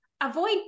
Avoid